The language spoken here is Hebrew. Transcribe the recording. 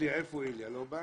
איפה הלל, לא בא?